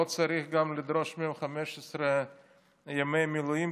לא צריך גם לדרוש מהם 15 ימי מילואים,